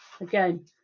Again